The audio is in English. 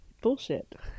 Bullshit